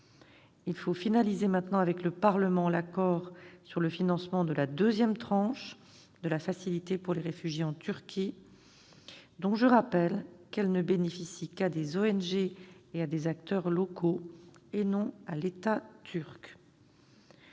Il faut maintenant finaliser avec le Parlement l'accord sur le financement de la deuxième tranche de la facilité pour les réfugiés en Turquie, laquelle, je le rappelle, ne bénéficie qu'à des ONG et à des acteurs locaux, et non à l'État turc.